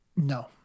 No